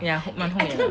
ya 蛮后面的